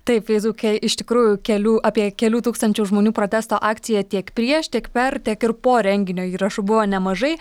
taip feisbuke iš tikrųjų kelių apie kelių tūkstančių žmonių protesto akciją tiek prieš tiek per tiek ir po renginio įrašų buvo nemažai